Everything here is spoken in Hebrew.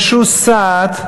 משוסעת.